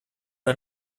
ein